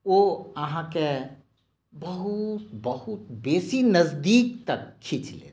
ओ अहाँक बहुत बहुत बेसी नजदीक तक खींच लेत